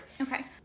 Okay